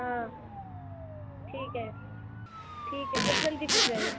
हां ठीक ऐ ठीक ऐ पर जल्दी पुज्जी जायो